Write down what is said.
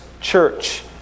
church